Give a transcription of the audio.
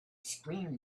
screamed